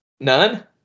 None